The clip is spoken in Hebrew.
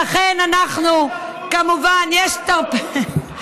אין תרבות במדינה הזאת.